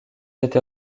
été